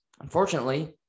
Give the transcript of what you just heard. unfortunately